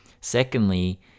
secondly